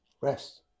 Rest